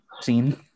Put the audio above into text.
scene